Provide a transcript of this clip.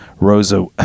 Rosa